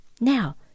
Now